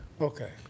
Okay